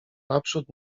naprzód